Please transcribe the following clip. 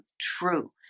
true